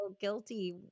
guilty